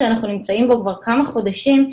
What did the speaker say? שאנחנו נמצאים בו כבר כמה חודשים,